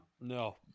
No